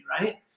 right